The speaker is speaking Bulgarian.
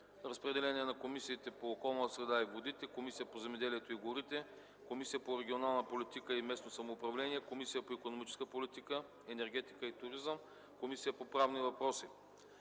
Разпределен е на Комисията по околната среда и водите, Комисията по земеделието и горите, Комисията по регионална политика и местно самоуправление, Комисията по икономическата политика, енергетика и туризъм и Комисията по правни въпроси.